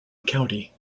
county